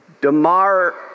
Damar